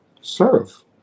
Serve